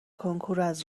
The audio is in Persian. کنکوراز